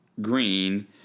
green